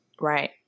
Right